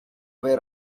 were